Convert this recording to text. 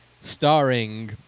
starring